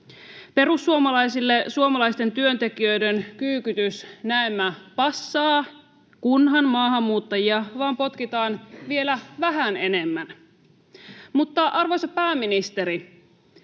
Perussuomalaisille suomalaisten työntekijöiden kyykytys näemmä passaa, kunhan maahanmuuttajia vaan potkitaan vielä vähän enemmän. Mutta, arvoisa pääministeri,